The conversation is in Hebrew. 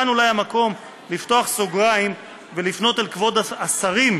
וכאן אולי המקום לפתוח סוגריים ולפנות אל כבוד השרים.